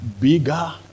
bigger